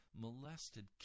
molested